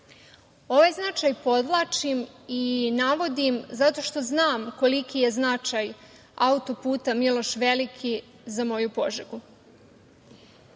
značaj podvlačim i navodim zato što znam koliki je značaj autoputa „Miloš Veliki“ za moju Požegu.